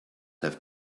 have